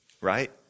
right